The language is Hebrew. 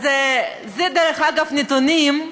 אלו, דרך אגב, נתונים,